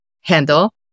handle